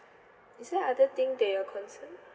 is there other thing that you're concern